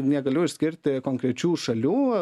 negaliu išskirti konkrečių šalių